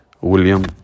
William